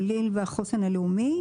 גליל והחוסן הלאומי.